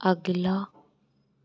अगला